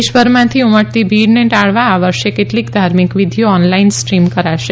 દેશભરમાંથી ઉમટતી ભીડને ટાળવા આ વર્ષે કેટલીક ધાર્મિક વિધીઓ ઓનલાઈન સ્ટ્રીમ કરાશે